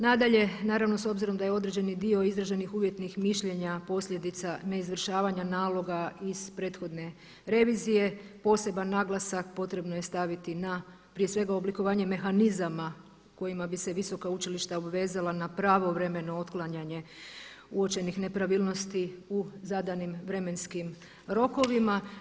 Nadalje, naravno s obzirom da je određeni dio izraženih uvjetnih mišljenja posljedica ne izvršavanja naloga iz prethodne revizije, poseban naglasak potrebno je staviti na, prije svega oblikovanje mehanizama kojima bi se visoka učilišta obvezala na pravovremeno otklanjanje uočenih nepravilnosti u zadanim vremenskim rokovima.